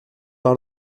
par